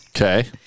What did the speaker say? Okay